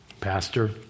Pastor